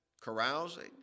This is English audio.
carousing